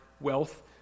wealth